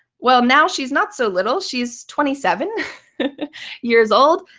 well, now she's not so little, she's twenty seven years old,